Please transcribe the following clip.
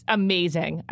amazing